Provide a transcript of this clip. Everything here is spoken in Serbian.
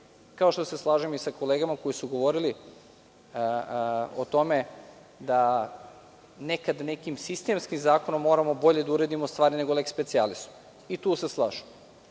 kao što se slažem i sa kolegama koji su govorili o tome da nekad nekim sistemskim zakonom moramo bolje da uredimo stvari nego leks specijalisom, i tu se slažem.